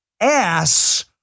ass